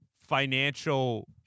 financial